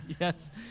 Yes